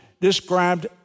described